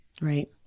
Right